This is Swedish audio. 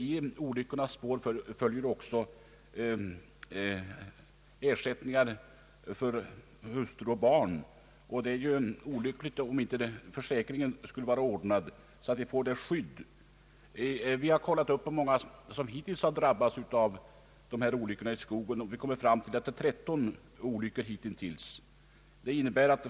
I olyckornas spår följer behov av ersättningar till efterlevande, och det är olyckligt om inte försäkringen är ordnad så att dessa får ett ekonomiskt skydd. Jag har skaffat in uppgift om hur många som hittills drabbats av olyckor i skogen efter de senaste stormarna. Det aktuella antalet dödsfall är 13.